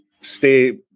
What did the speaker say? stay